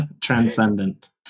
transcendent